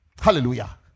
Hallelujah